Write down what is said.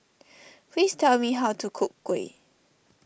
please tell me how to cook Kuih